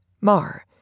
MAR